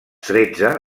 tretze